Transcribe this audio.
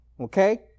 okay